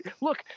look